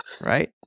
right